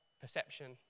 perception